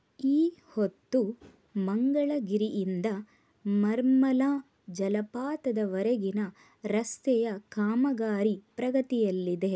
ಈ ಹೊತ್ತು ಮಂಗಳಗಿರಿಯಿಂದ ಮರ್ಮಲಾ ಜಲಪಾತದವರೆಗಿನ ರಸ್ತೆಯ ಕಾಮಗಾರಿ ಪ್ರಗತಿಯಲ್ಲಿದೆ